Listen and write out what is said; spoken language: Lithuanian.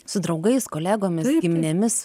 su draugais kolegomis giminėmis